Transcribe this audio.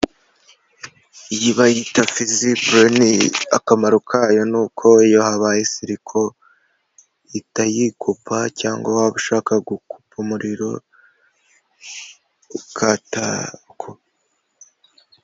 Iyo ibayita fizibure ni akamaro kayo ni uko iyo habaye siriko itayikupa, cyangwa waba ushaka gukupa umuriro ukatako.